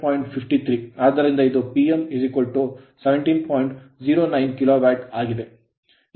09 kilo watt kilowatt ಆಗಿದೆ